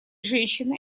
женщина